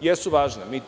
jesu važna i mi